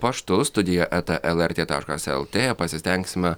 paštu studija eta lrt taškas lt pasistengsime